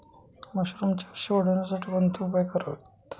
मशरुमचे आयुष्य वाढवण्यासाठी कोणते उपाय करावेत?